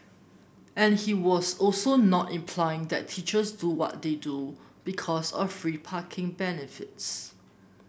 and he was also not implying that teachers do what they do because of free parking benefits